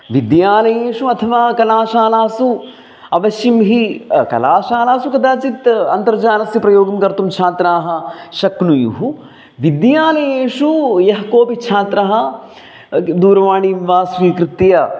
विद्यालयेषु अथवा कलाशालासु अवश्यं हि कलाशालासु कदाचित् अन्तर्जालस्य प्रयोगं कर्तुं छात्राः शक्नुयुः विद्यालयेषु यः कोपि छात्रः दूरवाणीं वा स्वीकृत्य